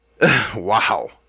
Wow